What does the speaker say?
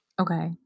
Okay